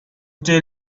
tell